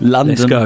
London